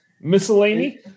miscellany